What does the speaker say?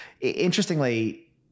Interestingly